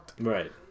Right